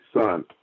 son